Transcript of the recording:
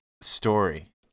story